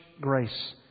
grace